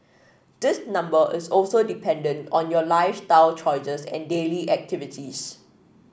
this number is also dependent on your lifestyle choices and daily activities